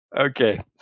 Okay